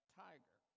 tiger